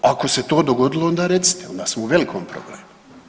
Ako se to dogodilo onda recite, onda smo u velikom problemu.